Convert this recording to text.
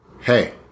Hey